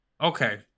Okay